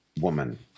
woman